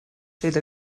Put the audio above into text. through